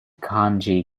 kanji